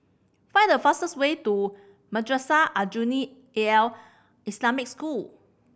find the fastest way to Madrasah Aljunied Al Islamic School